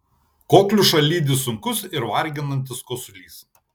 kokliušą lydi sunkus ir varginantis kosulys